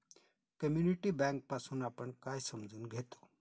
Community bank पासुन आपण काय समजून घेतो?